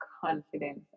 confidence